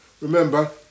Remember